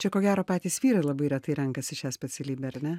čia ko gero patys vyrai labai retai renkasi šią specialybę ar ne